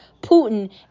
Putin